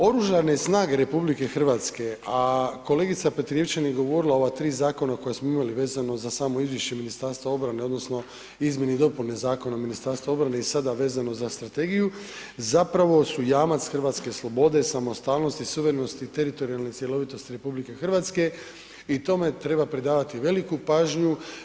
Oružane snage RH, a kolegica Petrijevčanin je govorila o ova 3 zakona koja smo imali vezano za samo izvješće Ministarstva obrane, odnosno izmjeni i dopuni Zakona o Ministarstvu obrane i sada vezano za strategiju, zapravo su jamac hrvatske slobode, samostalnosti, suverenosti, teritorijalne cjelovitosti RH i tome treba pridavati veliku pažnju.